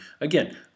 again